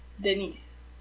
Denise